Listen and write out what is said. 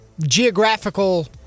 geographical